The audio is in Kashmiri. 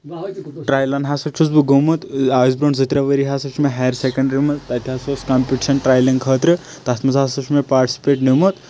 ٹَرٛیٚلَن ہسا چھُس بہٕ گوٚمُت آز برونٛٹھ زٕ ترٛےٚ ؤری ہسا چھُ مےٚ ہایر سیکنڈری منٛز تَتہِ ہسا اوس کَمپِٹشن ٹَرٛیلنٛگ خٲطرٕ تَتھ منٛز ہسا چھُ مےٚ پارٹِسٕپَیٹ نِیوٚمُت